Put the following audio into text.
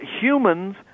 humans